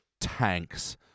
tanks